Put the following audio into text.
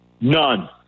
None